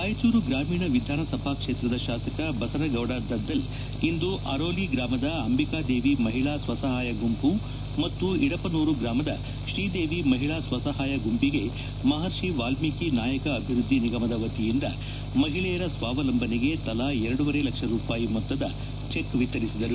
ರಾಯಚೂರು ಗ್ರಾಮೀಣ ವಿಧಾನಸಭಾ ಕ್ಷೇತ್ರದ ಶಾಸಕ ಬಸನಗೌಡ ದದ್ದಲ್ ಇಂದು ಅರೋಲಿ ಗ್ರಾಮದ ಅಂಬಿಕಾ ದೇವಿ ಮಹಿಳಾ ಸ್ವಸಹಾಯ ಗುಂಪು ಮತ್ತು ಇಡಪನೂರು ಗ್ರಾಮದ ಶ್ರೀದೇವಿ ಮಹಿಳಾ ಸ್ವಸಹಾಯ ಗುಂಬಗೆ ಮಹರ್ಷಿ ವಾಲ್ನೀಕಿ ನಾಯಕ ಅಭಿವೃದ್ದಿ ನಿಗಮದ ವತಿಯಿಂದ ಮಹಿಳೆಯರ ಸ್ವಾವಲಂಬನೆಗೆ ತಲಾ ಎರಡೂವರೆ ಲಕ್ಷ ರೂಪಾಯಿ ಮೊತ್ತದ ಚೆಕ್ ವಿತರಿಸಿದರು